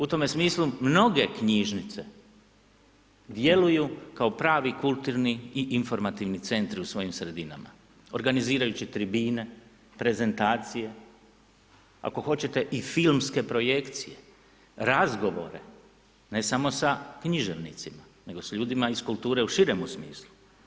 U tome smislu mnoge knjižnice djeluju kao pravni kulturni i informativni centri u svojim sredinama organizirajući tribine, prezentacije, ako hoćete i filmske projekcije, razgovore, ne samo sa književnicima, nego sa ljudima iz kulture u širemu smislu.